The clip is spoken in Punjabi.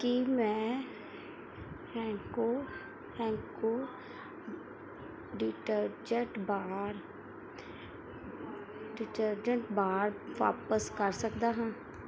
ਕੀ ਮੈਂ Henko Henko detergent bar detergent bar ਵਾਪਿਸ ਕਰ ਸਕਦਾ ਹਾਂ